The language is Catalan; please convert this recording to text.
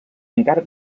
encara